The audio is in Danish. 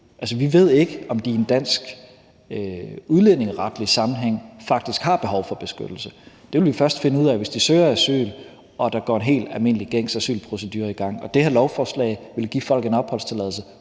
Altså, vi ved ikke, om de i en dansk udlændingeretlig sammenhæng faktisk har behov for beskyttelse. Det vil vi først finde ud af, hvis de søger asyl, og der går en helt almindelig gængs asylprocedure i gang. Det her lovforslag vil give folk en opholdstilladelse,